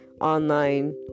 online